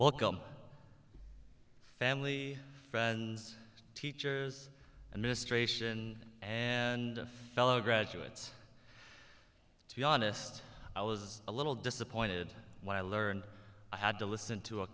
per family friends teachers and ministration and fellow graduates to be honest i was a little disappointed when i learned i had to listen to a